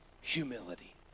humility